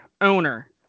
owner